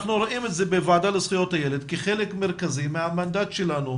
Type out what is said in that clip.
אנחנו רואים את זה בוועדה לזכויות הילד כחלק מרכזי מהמנדט שלנו